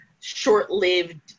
short-lived